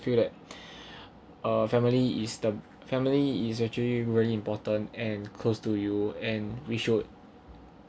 feel that a family is the family is actually very important and close to you and we should